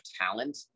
talent